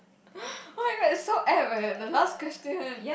oh-my-god it's so apt leh the last question